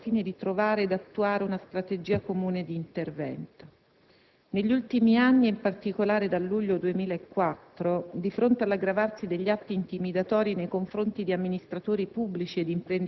La questione calabrese è seguita con la massima attenzione dal Ministero dell'interno ed è stata oggetto di numerosi incontri con parlamentari di tutte le parti politiche, con amministratori locali,